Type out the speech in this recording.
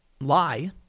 lie